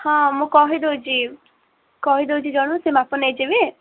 ହଁ ମୁଁ କହି ଦେଉଛି କହି ଦେଉଛି ଜଣଙ୍କୁ ସେ ମାପ ନେଇଯିବେ